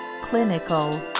Clinical